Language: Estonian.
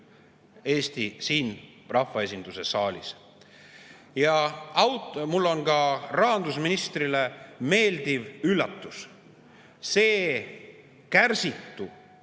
Eesti rahvaesinduse saalis. Ja mul on rahandusministrile ka meeldiv üllatus. See kärsitu